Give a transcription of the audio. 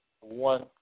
one